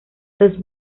los